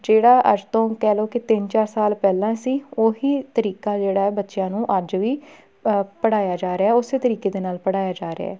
ਜਿਹੜਾ ਅੱਜ ਤੋਂ ਕਹਿ ਲਓ ਕਿ ਤਿੰਨ ਚਾਰ ਸਾਲ ਪਹਿਲਾਂ ਸੀ ਉਹੀ ਤਰੀਕਾ ਜਿਹੜਾ ਬੱਚਿਆਂ ਨੂੰ ਅੱਜ ਵੀ ਪੜ੍ਹਾਇਆ ਜਾ ਰਿਹਾ ਉਸੇ ਤਰੀਕੇ ਦੇ ਨਾਲ ਪੜ੍ਹਾਇਆ ਜਾ ਰਿਹਾ